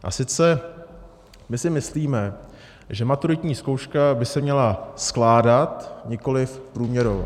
A sice, my si myslíme, že maturitní zkouška by se měla skládat, nikoliv průměrovat.